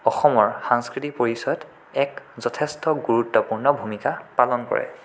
অসমৰ সাংস্কৃতিক পৰিচয়ত এক যথেষ্ট গুৰুত্বপূৰ্ণ ভূমিকা পালন কৰে